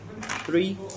three